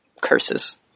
curses